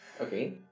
Okay